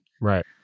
right